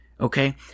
Okay